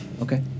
Okay